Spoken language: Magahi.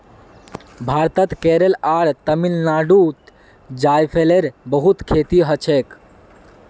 भारतत केरल आर तमिलनाडुत जायफलेर बहुत खेती हछेक